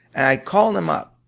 i called him up